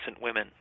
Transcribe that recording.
women